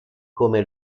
come